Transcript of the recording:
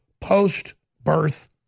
post-birth